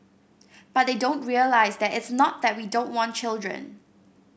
but they don't realise that it's not that we don't want children